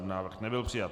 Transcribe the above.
Návrh nebyl přijat.